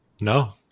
No